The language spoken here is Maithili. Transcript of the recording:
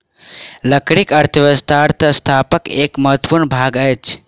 लकड़ी अर्थव्यवस्था अर्थव्यवस्थाक एक महत्वपूर्ण भाग अछि